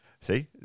See